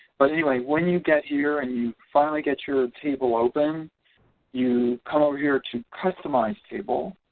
but anyway when you get here and you finally get your ah table open you come over here to customize table